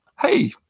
hey